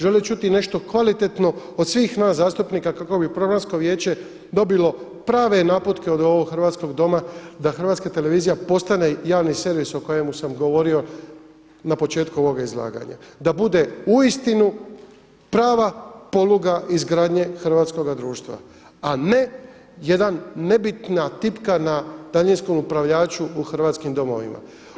Žele čuti nešto kvalitetno od svih nas zastupnika kako bi Programsko vijeće dobilo prave naputke od ovog hrvatskog doma da Hrvatska televizija postane javni servis o kojemu sam govorio na početku ovoga izlaganja, da bude uistinu prava pologa izgradnje hrvatskoga društva, a ne jedna nebitna tipka na daljinskom upravljaču u hrvatskim domovima.